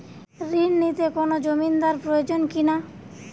ঋণ নিতে কোনো জমিন্দার প্রয়োজন কি না?